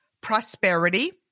prosperity